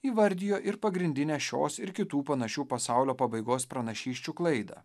įvardijo ir pagrindinę šios ir kitų panašių pasaulio pabaigos pranašysčių klaidą